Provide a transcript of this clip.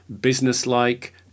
business-like